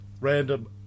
random